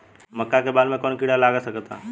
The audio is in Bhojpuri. मका के बाल में कवन किड़ा लाग सकता?